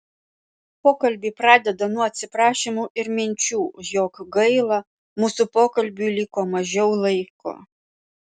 pokalbį pradeda nuo atsiprašymų ir minčių jog gaila mūsų pokalbiui liko mažiau laiko